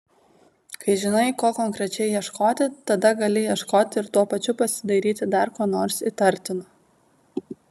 kai žinai ko konkrečiai ieškoti tada gali ieškoti ir tuo pačiu pasidairyti dar ko nors įtartino